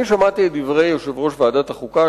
אני שמעתי את דברי יושב-ראש ועדת החוקה,